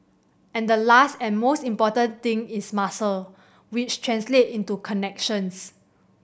and the last and most important thing is muscle which translate into connections